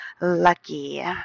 lucky